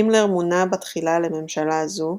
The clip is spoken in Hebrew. הימלר מונה בתחילה לממשלה זו,